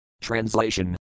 Translation